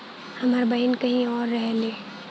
हमार बहिन कहीं और रहेली